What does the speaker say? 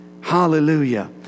Hallelujah